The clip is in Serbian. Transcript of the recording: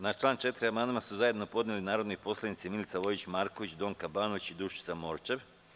Na član 4. amandman su zajedno podneli narodni poslanici Milica Vojić Marković, Donka Banović i Dušica Morčev.